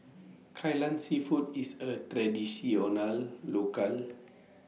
Kai Lan Seafood IS A Traditional Local